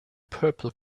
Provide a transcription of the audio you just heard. purple